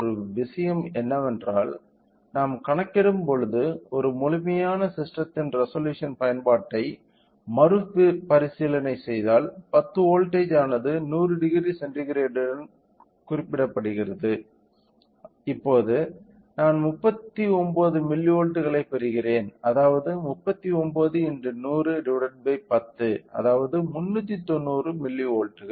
ஒரு விஷயம் என்னவென்றால் நாம் கணக்கிடும் பொழுது ஒரு முழுமையான ஸிஸ்டெத்தின் ரெசொலூஷன் பயன்பாட்டை மறுபரிசீலனை செய்தால் 10 வோல்ட் ஆனது 1000 சென்டிகிரேடுடன் குறிப்பிடப்படுகிறது இப்போது நான் 39 மில்லிவோல்ட்களைப் பெறுகிறேன் அதாவது 39 x 10010 அதாவது 390 மில்லிவோல்ட்கள்